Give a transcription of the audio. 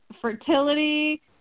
fertility